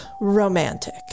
romantic